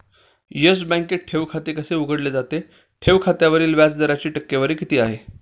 Yes बँकेत ठेव खाते कसे उघडले जाते? ठेव खात्यावरील व्याज दराची टक्केवारी किती आहे?